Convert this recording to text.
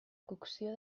cocció